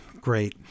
great